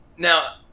Now